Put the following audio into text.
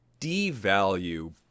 devalue